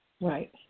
Right